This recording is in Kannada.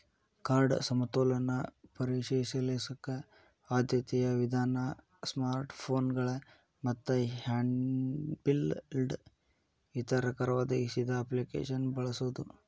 ಕಾರ್ಡ್ ಸಮತೋಲನ ಪರಿಶೇಲಿಸಕ ಆದ್ಯತೆಯ ವಿಧಾನ ಸ್ಮಾರ್ಟ್ಫೋನ್ಗಳ ಮತ್ತ ಹ್ಯಾಂಡ್ಹೆಲ್ಡ್ ವಿತರಕರ ಒದಗಿಸಿದ ಅಪ್ಲಿಕೇಶನ್ನ ಬಳಸೋದ